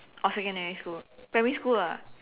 or secondary school primary school lah